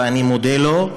ואני מודה לו.